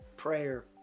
Prayer